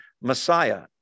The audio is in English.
Messiah